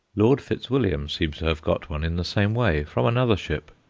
lord fitzwilliam seems to have got one in the same way, from another ship.